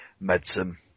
medicine